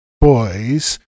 boys